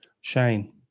Shane